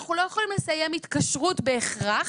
ואנחנו לא יכולים לסיים התקשרות בהכרח